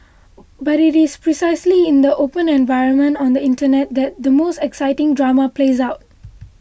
but it is precisely in the open environment on the Internet that the most exciting drama plays out